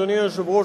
אדוני היושב-ראש,